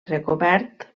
recobert